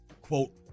quote